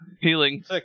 healing